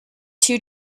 two